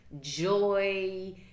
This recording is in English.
joy